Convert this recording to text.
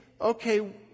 okay